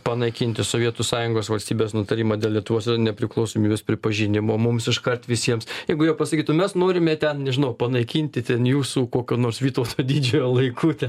panaikinti sovietų sąjungos valstybės nutarimą dėl lietuvos nepriklausomybės pripažinimo mums iškart visiems jeigu jie pasakytų mes norime ten nežinau panaikinti ten jūsų kokio nors vytauto didžiojo laikų te